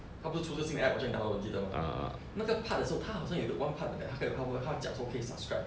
他不是出个新的 app 我先 download 你记得吗那个 part 的时候他好像有 one part that 他可以说多他讲都可以 subscribe